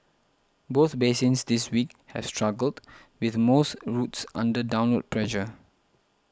both basins this week have struggled with most routes under downward pressure